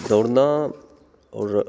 दौड़ना और